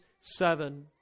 seven